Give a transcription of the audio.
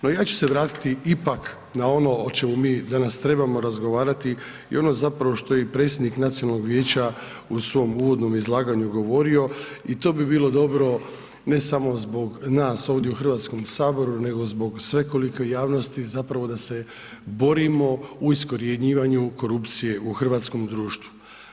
No, ja ću se vratiti ipak na ono o čemu mi danas trebamo razgovarati i ono zapravo što je i predsjednik Nacionalnog vijeća u svom uvodnom izlaganju govorio i to bi bilo dobro, ne samo zbog nas ovdje u HS, nego zbog svekolike javnosti, zapravo da se borimo u iskorjenjivanju korupcije u hrvatskom društvu.